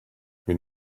been